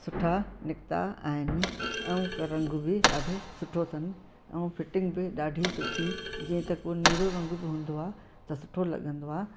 सुठा निकिता आहिनि ऐं क रंग बि ॾाढो सुठो अथनि ऐं फिटिंग बि ॾाढी सुठी जीअं त कोई नीरो रंग बि हूंदो आहे त सुठो लॻंदो आहे